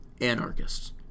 anarchists